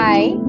Hi